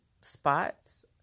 spots